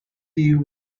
you